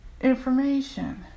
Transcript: information